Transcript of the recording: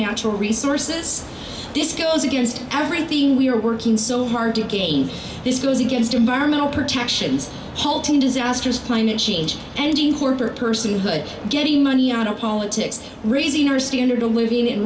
natural resources this goes against everything we're working so hard to again this goes against environmental protections hulton disasters climate change ending corporate personhood getting money out of politics raising our standard of living and